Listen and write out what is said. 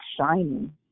shining